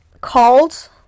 called